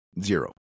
zero